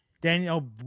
Daniel